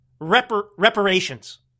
reparations